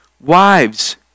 Wives